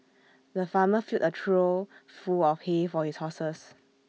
the farmer filled A trough full of hay for his horses